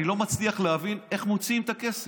אני לא מצליח להבין איך מוציאים את הכסף.